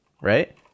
right